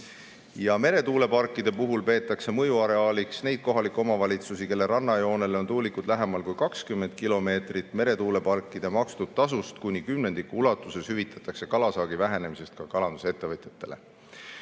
Ja meretuuleparkide puhul peetakse mõjuareaaliks neid kohalikke omavalitsusi, kelle rannajoonele on tuulikud lähemal kui 20 kilomeetrit. Meretuuleparkide makstud tasust kuni kümnendiku ulatuses hüvitatakse kalasaagi vähenemisest ka kalanduse ettevõtjatele.